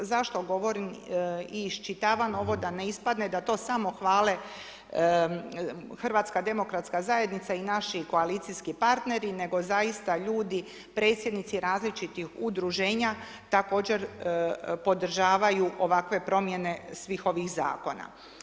Zašto govorim i iščitavam ovo da ne ispadne da to samo hvale HDZ i naši koalicijski partneri nego zaista ljudi, predsjednici različitih udruženja također podržavaju ovakve promjene svih ovih zakona.